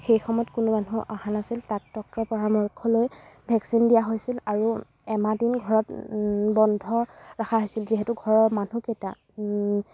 সেই সময়ত কোনো মানুহ অহা নাছিল তাক ডক্টৰৰ পৰামৰ্শ লৈ ভেকচিন দিয়া হৈছিল আৰু এমাহ দিন ঘৰত বন্ধ ৰখা হৈছিল যিহেতু ঘৰৰ মানুহকেইটা